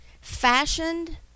fashioned